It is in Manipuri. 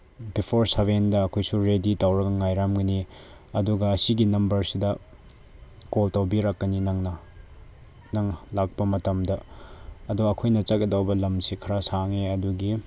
ꯕꯤꯐꯣꯔ ꯁꯦꯕꯦꯟꯗ ꯑꯩꯈꯣꯏꯁꯨ ꯔꯦꯗꯤ ꯇꯧꯔꯒ ꯉꯥꯏꯔꯝꯒꯅꯤ ꯑꯗꯨꯒ ꯁꯤꯒꯤ ꯅꯝꯕꯔꯁꯤꯗ ꯀꯣꯜ ꯇꯧꯕꯤꯔꯛꯀꯅꯤ ꯅꯪꯅ ꯅꯪ ꯂꯥꯛꯄ ꯃꯇꯝꯗ ꯑꯗꯣ ꯑꯩꯈꯣꯏꯅ ꯆꯠꯀꯗꯧꯕ ꯂꯝꯁꯦ ꯈꯔ ꯁꯥꯡꯉꯦ ꯑꯗꯨꯒꯤ